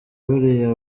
buriya